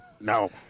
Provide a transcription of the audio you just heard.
No